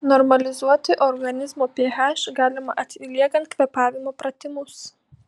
normalizuoti organizmo ph galima atliekant kvėpavimo pratimus